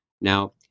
Now